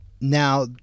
Now